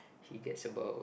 he gets about